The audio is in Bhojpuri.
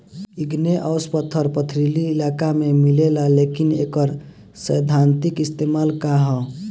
इग्नेऔस पत्थर पथरीली इलाका में मिलेला लेकिन एकर सैद्धांतिक इस्तेमाल का ह?